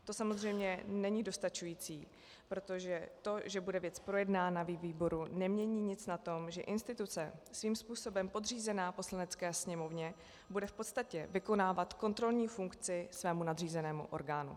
To samozřejmě není dostačující, protože to, že bude věc projednána ve výboru, nemění nic na tom, že instituce svým způsobem podřízená Poslanecké sněmovně bude v podstatě vykonávat kontrolní funkci svému nadřízenému orgánu.